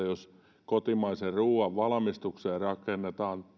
jos kotimaisen ruoan valmistukseen rakennetaan